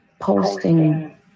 posting